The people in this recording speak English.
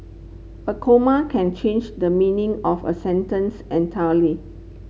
a comma can change the meaning of a sentence entirely